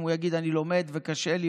אם הוא יגיד: אני לומד וקשה לי,